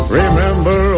remember